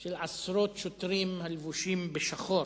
של עשרות שוטרים לבושים בשחור